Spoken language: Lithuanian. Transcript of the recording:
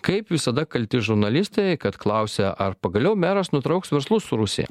kaip visada kalti žurnalistai kad klausė ar pagaliau meras nutrauks verslus su rusija